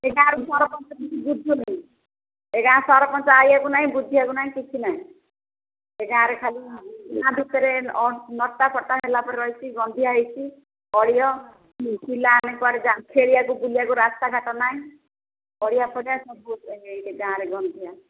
ଏ ଗାଁରେ ସରପଞ୍ଚ କିଛି ବୁଝୁନାହିଁ ଏ ଗାଁ ସରପଞ୍ଚ ଆଇଆକୁ ନାହିଁ ବୁଝିିବାକୁ ନାହିଁ କିଛି ନାହିଁ ଏ ଗାଁରେ ଖାଲି ନା ଭିତରେ ନଟାଫଟା ହେଲା ପରି ରହିଛି ଗନ୍ଧିଆ ହେଇଛି ଅଳିଆ ପିଲାମାନେ କୁଆଡ଼େ ଖଳିିବାକୁ ବୁଲିବାକୁ ରାସ୍ତାଘାଟ ନାହିଁ ଅଳିଆ ପଡ଼ିିଆ ସବୁ ଏ ଗାଁରେ ଗନ୍ଧିଆ